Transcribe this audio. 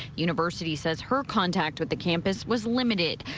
university says her contact with the campus was limited.